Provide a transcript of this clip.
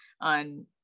on